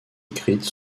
écrite